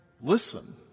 listen